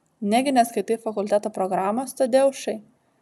negi neskaitai fakulteto programos tadeušai